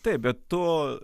taip bet tu